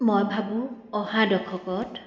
মই ভাবোঁ অহা দশকত